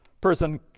person